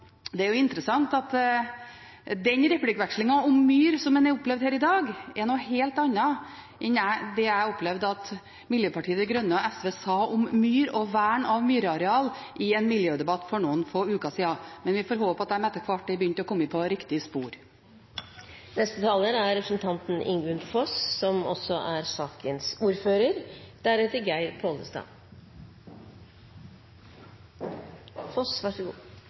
Det er interessant at den replikkvekslingen om myr som man har opplevd her i dag, er noe helt annet enn det jeg opplevde at Miljøpartiet De Grønne og SV sa om myr og vern av myrareal i en miljødebatt for noen få uker siden. Men vi får håpe at de etter hvert har begynt å komme på riktig spor. Selv om Arbeiderpartiet og Senterpartiet er